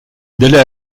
d’aller